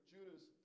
Judas